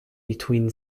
between